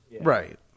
Right